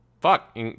fuck